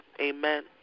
amen